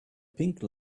pink